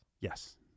Yes